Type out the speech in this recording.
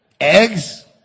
eggs